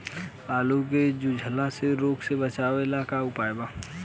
आलू के झुलसा रोग से बचाव ला का उपाय बा?